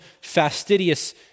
fastidious